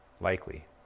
Likely